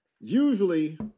usually